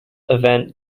event